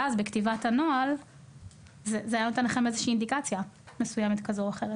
ואז זה היה נותן לכם אינדיקציה בכתיבת הנוהל.